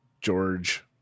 george